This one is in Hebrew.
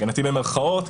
במירכאות,